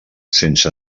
sense